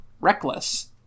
Reckless